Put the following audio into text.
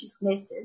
method